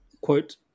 quote